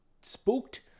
spooked